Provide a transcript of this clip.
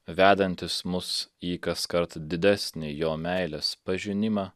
vedantis mus į kaskart didesnį jo meilės pažinimą